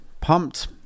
Pumped